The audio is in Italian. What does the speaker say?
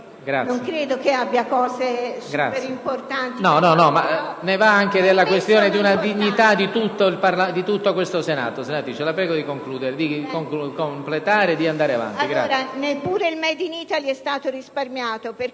non credo che abbia cose super importanti